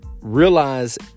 realize